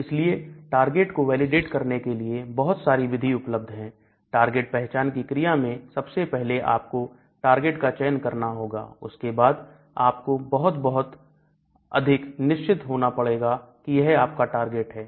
इसलिए टारगेट को वैलिडेट करने के लिए बहुत सारी विधि उपलब्ध है टारगेट पहचान की क्रिया में सबसे पहले आपको टारगेट का चयन करना होगा उसके बाद आपको बहुत बहुत अधिक निश्चित होना पड़ेगा कि यह आपका टारगेट है